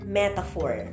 metaphor